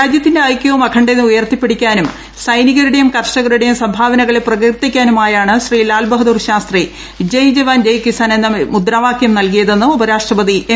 രാജ്യത്തിന്റെ ഐക്യവും അഖണ്ഡതയും ഉയർത്തിപ്പിടിക്കാനും സൈനികരുടെയും കർഷകരുടെയും സംഭാവനകളെ പ്രകീർത്തിക്കാനുമായാണ് ബഹദൂർ ജയ് ജവാൻ ജയ് കിസാൻ എന്ന മുദ്രാവാക്യം നൽകിയതെന്ന് ഉപരാഷ്ട്രപതി എം